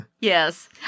Yes